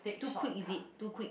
too quick is it too quick